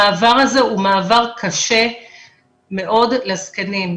המעבר הזה הוא מעבר קשה מאוד לזקנים,